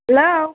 hello